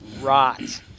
rot